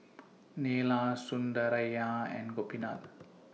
Neila Sundaraiah and Gopinath